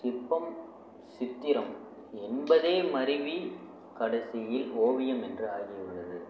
சிற்பம் சித்திரம் என்பதே மருவி கடைசியில் ஓவியம் என்று ஆகி உள்ளது